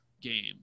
game